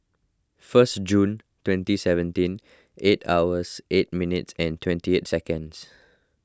first June twenty seventeen eight hours eight minutes and twenty eight seconds